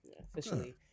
Officially